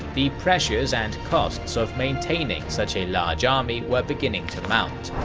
the pressures and costs of maintaining such a large army were beginning to mount.